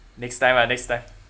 next time ah next time